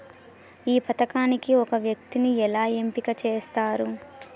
ఈ పథకానికి ఒక వ్యక్తిని ఎలా ఎంపిక చేస్తారు?